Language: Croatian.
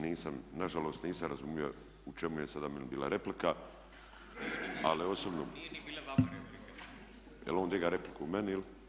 Nisam, nažalost nisam razumio u čemu je sada meni bila replika ali osobno … [[Upadica se ne razumije.]] Jel' on diga repliku meni ili'